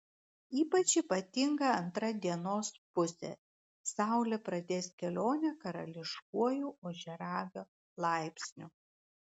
ypač ypatinga antra dienos pusė saulė pradės kelionę karališkuoju ožiaragio laipsniu